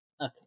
Okay